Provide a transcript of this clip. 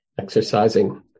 exercising